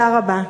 תודה רבה.